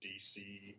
DC